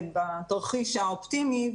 בתרחיש האופטימי,